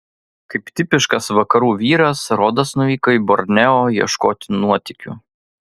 kaip tipiškas vakarų vyras rodas nuvyko į borneo ieškoti nuotykių